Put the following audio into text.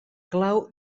clau